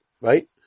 Right